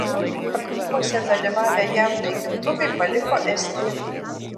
pratybose dalyvavę jav naikintuvai paliko estiją